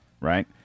right